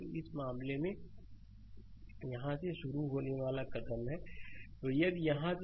तो इस मामले में यह यहां से शुरू होने वाला कदम होगा